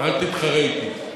אל תתחרה אתי.